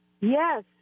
Yes